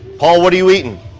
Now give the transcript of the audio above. paul, what are you eating?